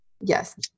Yes